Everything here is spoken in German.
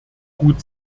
gut